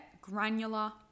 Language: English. granular